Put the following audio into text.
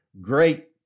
great